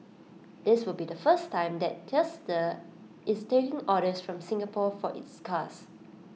this will be the first time that Tesla is taking orders from Singapore for its cars